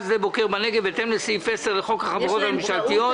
שדה בוקר בנגב בהתאם לסעיף 10 לחוק החברות הממשלתיות.